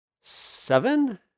Seven